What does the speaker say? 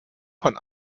von